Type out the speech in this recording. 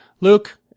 Luke